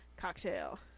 cocktail